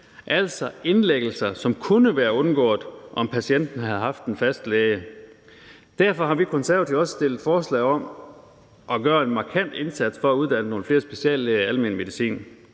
altså indlæggelser, som kunne have været undgået, om patienterne havde haft en fast læge. Derfor har vi i Konservative også stillet forslag om at gøre en markant indsats for at uddanne nogle flere speciallæger i almen medicin.